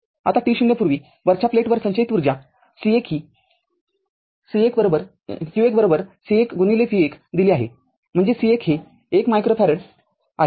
आता t० पूर्वी वरच्या प्लेटवर संचयित ऊर्जा C१ ही q१ C१v१ दिली आहे म्हणजेच C१ हे १ मायक्रोफॅरेड आहे